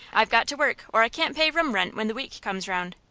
i've got to work, or i can't pay room rent when the week comes round.